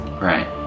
right